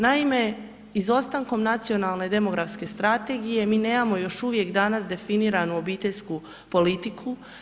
Naime, izostankom nacionalne i demografske strategije, mi nemamo još uvijek danas definiranu obiteljsku politiku.